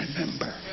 remember